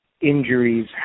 injuries